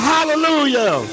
Hallelujah